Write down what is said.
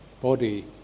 body